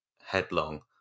headlong